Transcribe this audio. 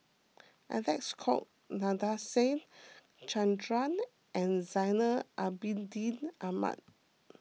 Alec Kuok Nadasen Chandra and Zainal Abidin Ahmad